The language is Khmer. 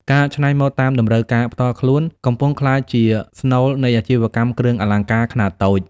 ការច្នៃម៉ូដតាមតម្រូវការផ្ទាល់ខ្លួន កំពុងក្លាយជាស្នូលនៃអាជីវកម្មគ្រឿងអលង្ការខ្នាតតូច។